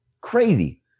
crazy